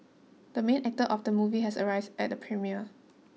the main actor of the movie has arrived at the premiere